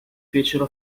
fecero